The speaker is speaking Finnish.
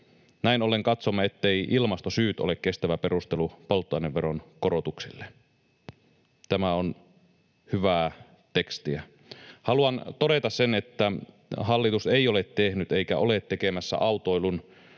Näin ollen katsomme, etteivät ilmastosyyt ole kestävä perustelu polttoaineveron korotuksille. Tämä on hyvää tekstiä. Haluan todeta, että hallitus ei ole tehnyt eikä ole tekemässä autoilun